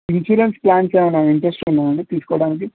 insurance plans ఏమన్నా interest ఉన్నాయా అండి తీసుకోడానికి